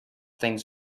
things